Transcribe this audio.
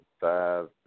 five